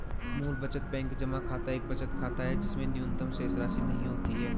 मूल बचत बैंक जमा खाता एक बचत खाता है जिसमें न्यूनतम शेषराशि नहीं होती है